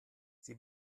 sie